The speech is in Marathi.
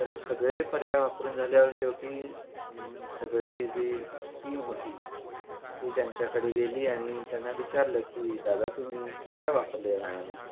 तर सगळे पर्याय वापरून झाल्यावर शेवटी सगळी जी टीम होती ती त्यांच्याकडे गेली आणि त्यांना विचारलं की दादा तुम्ही काय वापरलं या गाण्यामध्ये